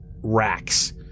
racks